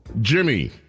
Jimmy